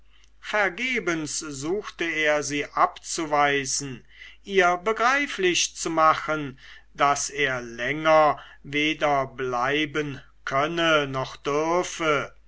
vergebens suchte er sie abzuweisen ihr begreiflich zu machen daß er länger weder bleiben könne noch dürfe